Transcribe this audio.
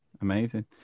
amazing